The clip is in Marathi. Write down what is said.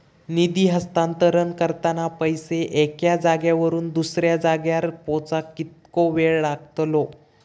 निधी हस्तांतरण करताना पैसे एक्या जाग्यावरून दुसऱ्या जाग्यार पोचाक कितको वेळ लागतलो?